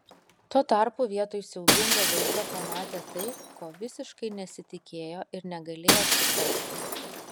tuo tarpu vietoj siaubingo vaizdo pamatė tai ko visiškai nesitikėjo ir negalėjo suprasti